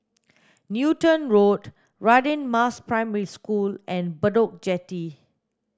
Newton Road Radin Mas Primary School and Bedok Jetty